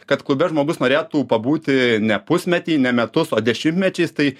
kad klube žmogus norėtų pabūti ne pusmetį ne metus o dešimtmečiais tai